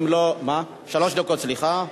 אם לא, שלוש דקות, סליחה.